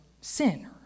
sin